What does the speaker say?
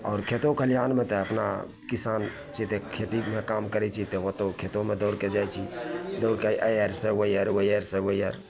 आओर खेतो खरिहानमे तऽ अपना किसान जतए खेतीमे काम करै छी तऽ ओतहु खेतोमे दौड़िके जाइ छी दौड़िके एहि आड़िसे ओहि आड़ि ओहि आड़िसे ओहि आड़ि